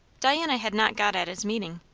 diana had not got at his meaning.